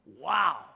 wow